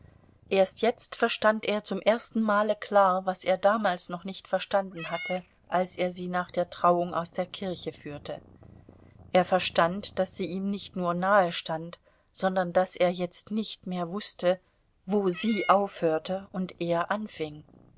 erst jetzt verstand er zum ersten male klar was er damals noch nicht verstanden hatte als er sie nach der trauung aus der kirche führte er verstand daß sie ihm nicht nur nahestand sondern daß er jetzt nicht mehr wußte wo sie aufhörte und er anfing